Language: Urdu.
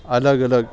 الگ الگ